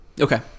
Okay